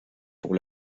pour